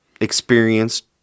experienced